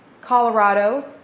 Colorado